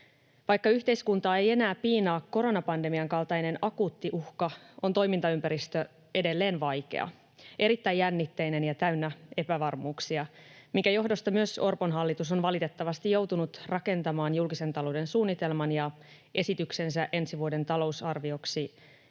Vaikka yhteiskuntaa ei enää piinaa koronapandemian kaltainen akuutti uhka, on toimintaympäristö edelleen vaikea, erittäin jännitteinen ja täynnä epävarmuuksia, minkä johdosta myös Orpon hallitus on valitettavasti joutunut rakentamaan julkisen talouden suunnitelman ja esityksensä ensi vuoden talousarvioksi